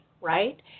right